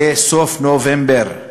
לסוף נובמבר.